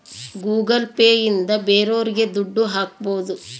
Google Pay ಇಂದ ಬೇರೋರಿಗೆ ದುಡ್ಡು ಹಾಕ್ಬೋದು